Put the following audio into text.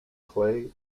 clay